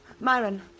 Myron